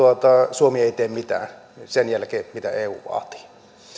suomi ei tee mitään sen jälkeen mitä eu